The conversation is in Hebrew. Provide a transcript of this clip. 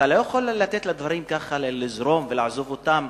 אתה לא יכול לתת לדברים לזרום ולעזוב את זה